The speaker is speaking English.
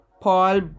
Paul